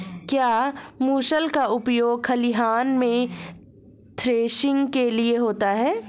क्या मूसल का उपयोग खलिहान में थ्रेसिंग के लिए होता है?